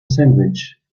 sandwich